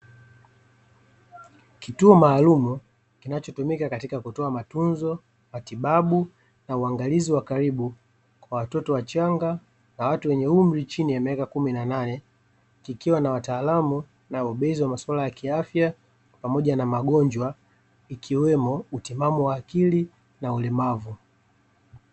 Kituo maalumu kinachotumika katika kutoa matunzo, matibabu na uangalizi wa karibu kwa watoto wachanga na watu wenye umri chini ya miaka kumi na nane, kikiwa na wataalamu na wabobezi wa maswala ya kiafya pamoja na magonjwa ikiwemo utimamu wa akili na ulemavu.